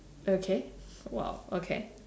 okay !wow! okay